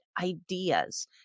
ideas